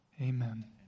Amen